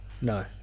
No